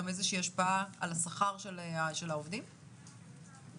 איזושהי השפעה על השכר של העובדים למעלה,